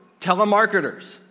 telemarketers